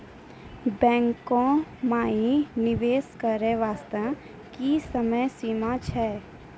बैंको माई निवेश करे बास्ते की समय सीमा छै?